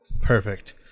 Perfect